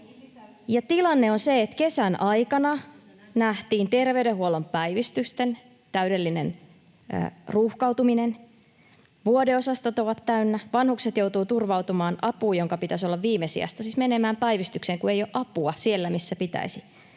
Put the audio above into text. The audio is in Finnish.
Tilanne on se, että kesän aikana nähtiin terveydenhuollon päivystysten täydellinen ruuhkautuminen. Vuodeosastot ovat täynnä, vanhukset joutuvat turvautumaan apuun, jonka pitäisi olla viimesijaista, siis menemään päivystykseen, kun ei ole apua siellä, missä pitäisi,